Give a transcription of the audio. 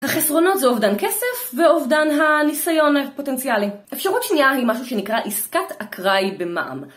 החסרונות זה אובדן כסף ואובדן הניסיון הפוטנציאלי. אפשרות שנייה היא משהו שנקרא עסקת אקראי במע"ם.